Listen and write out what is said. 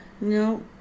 No